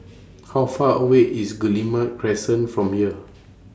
How Far away IS Guillemard Crescent from here